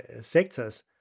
sectors